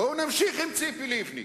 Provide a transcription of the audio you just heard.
בואו נמשיך עם ציפי לבני.